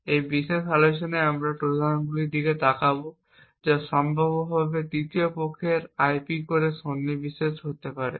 এই বিশেষ আলোচনায় আমরা ট্রোজানগুলির দিকে তাকাব যা সম্ভাব্যভাবে তৃতীয় পক্ষের আইপি কোরে সন্নিবেশিত হতে পারে